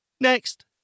Next